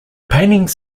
paintings